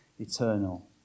eternal